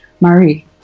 Marie